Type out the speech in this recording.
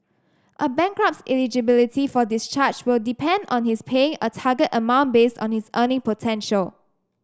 a bankrupt's eligibility for discharge will depend on his paying a target amount based on his earning potential